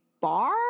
bar